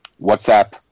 WhatsApp